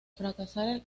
fracasar